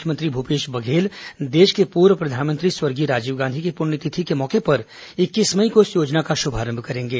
मुख्यमंत्री भूपेश बघेल देश के पूर्व प्रधानमंत्री स्वर्गीय राजीव गांधी की पुण्यतिथि के मौके पर इक्कीस मई को इस योजना का शुभारंभ करेंगे